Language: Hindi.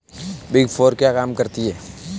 बिग फोर क्या काम करती है?